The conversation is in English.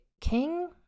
king